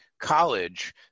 College